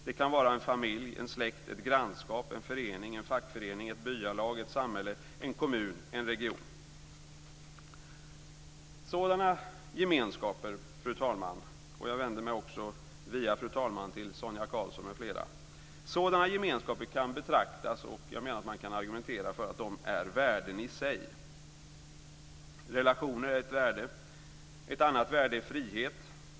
Det kan vara en familj, en släkt, ett grannskap, en förening, en fackförening, ett byalag, ett samhälle, en kommun, en region. Sådana gemenskaper, fru talman - och jag vänder mig också via fru talman till Sonia Karlsson m.fl. - kan man, menar jag, argumentera för har värden i sig. Relationer är ett värde. Ett annat värde är frihet.